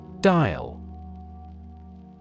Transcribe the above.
D-I-A-L